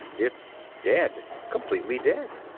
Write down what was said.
it's dead, completely dead.